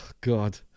God